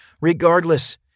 Regardless